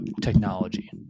technology